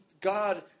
God